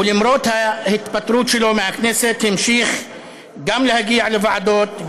ולמרות ההתפטרות שלו מהכנסת המשיך גם להגיע לוועדות,